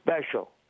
special